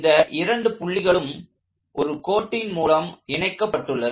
இந்த இரண்டு புள்ளிகளும் ஒரு கோட்டின் மூலம் இணைக்கப்பட்டுள்ளன